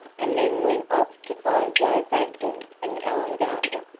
and then went off to find joe bragdon and elon gardner.